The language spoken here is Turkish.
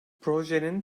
projenin